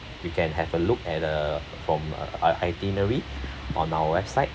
you can have a look at the from uh i~ itinerary on our website